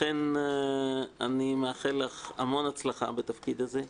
לכן אני מאחל לך המון הצלחה בתפקיד הזה,